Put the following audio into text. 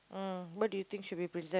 ah what do you think should be preserved